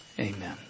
amen